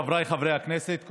חבריי חברי הכנסת,